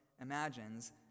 Imagines